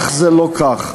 אך זה לא כך.